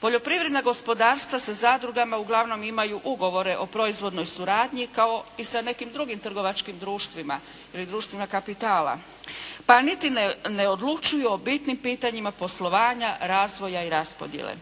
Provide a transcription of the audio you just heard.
Poljoprivredna gospodarstva sa zadrugama uglavnom imaju ugovore o proizvodnoj suradnji i sa nekim drugim trgovačkim društvima ili društvima kapitala pa niti ne odlučuju o bitnim pitanjima poslovanja, razvoja i raspodjele.